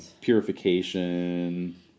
Purification